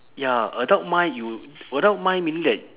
ya adult mind you adult mind meaning that